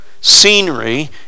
scenery